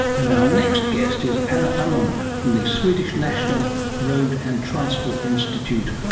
and our next guest is anna ah anund from the swedish national road and transport institute,